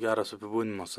geras apibūdinimas